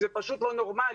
זה פשוט לא נורמלי.